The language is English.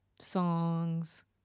songs